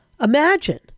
imagine